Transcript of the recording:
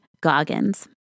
Goggins